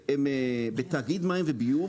בתאגיד מים וביוב,